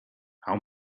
how